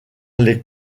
les